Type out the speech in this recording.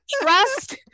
Trust